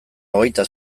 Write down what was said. hogeita